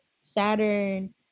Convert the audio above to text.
Saturn